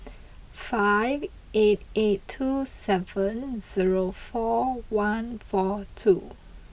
five eight eight two seven zero four one four two